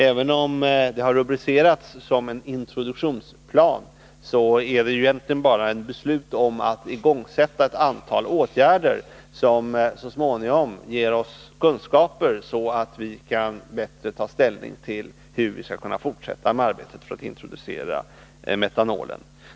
Även om det har rubricerats som en introduktionsplan, innebär det egentligen bara beslut om att man skall igångsätta ett antal åtgärder, som så småningom ger oss kunskaper så att vi bättre kan ta ställning till hur vi skall fortsätta med arbetet att introducera metanolen.